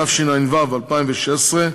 התשע"ו 2016,